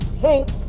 Hope